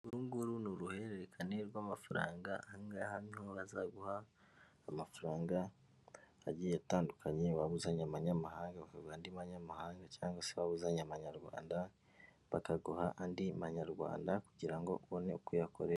Uru nguru ni uruhererekane rw'amafaranga, aha ngaha ni ho bazaguha amafaranga agiye atandukanye, waba uzanye amanyamahanga bakaguha andi manyamahanga cyangwa se waba uzanye amanyarwanda bakaguha andi manyarwanda kugira ngo ubone uko uyakoresha.